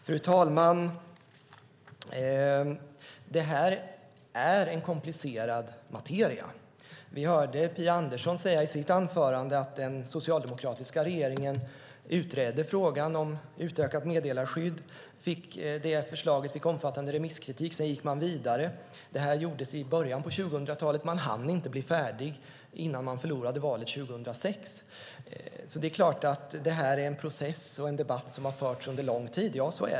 Fru talman! Det här är en komplicerad materia. Vi hörde Phia Andersson i sitt anförande säga att den socialdemokratiska regeringen utredde frågan om utökat meddelarskydd. Det förslaget fick omfattande remisskritik. Detta gjordes i början av 2000-talet. Man hann inte bli färdig innan man förlorade valet 2006. Det här är en process och en debatt som har förts under lång tid.